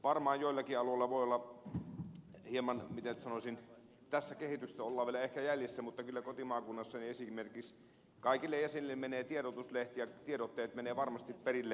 varmaan joillakin alueilla voidaan olla hieman miten sanoisin tässä kehityksessä ehkä jäljessä mutta kyllä kotimaakunnassani esimerkiksi kaikille jäsenille menee tiedotuslehti ja tiedotteet menevät varmasti perille